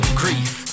grief